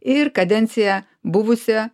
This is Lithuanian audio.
ir kadenciją buvusią